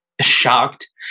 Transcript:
shocked